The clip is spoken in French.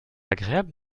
agréable